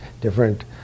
different